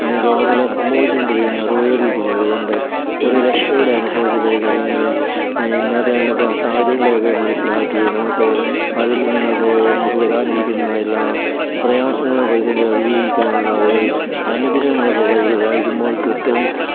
ഇന്ന് ഈ ലോകത്തിൽ സംഭവിച്ചു കൊണ്ടിരിക്കുന്ന ഉപകരിക്കുന്നത് കൊണ്ട് ഒരു രക്ഷയുടെ അനുഭവത്തിലേക്ക് അല്ലെങ്കിൽ ഇന്നതാനതാ സാഹചര്യങ്ങളക്കെ മനസ്സിലാക്കി നമുക്ക് അതിൽ നിന്ന് നമുക്ക് വരാനിരിക്കുന്ന എല്ലാ പ്രയാസങ്ങളും പ്രതിസന്ധികളും അതിജീവിക്കാനുള്ള ഒരു അനുഗ്രഹങ്ങളൊക്കെ ബൈബിൾ വായിക്കുമ്പോൾ കിട്ടും